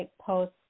post